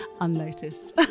Unnoticed